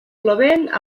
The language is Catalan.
plovent